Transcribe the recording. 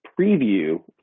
preview